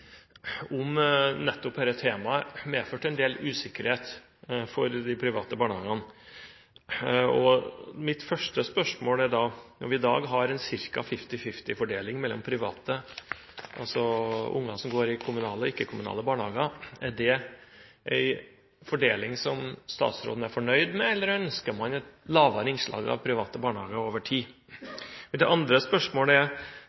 om nettopp dette temaet, medført en del usikkerhet for de private barnehagene, og mitt første spørsmål er da: Når vi i dag har en ca. 50/50-fordeling mellom barn som går i kommunale og ikke-kommunale barnehager, er det en fordeling som statsråden er fornøyd med, eller ønsker man et mindre innslag av private barnehager over tid? Det andre spørsmålet er: